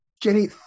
Jenny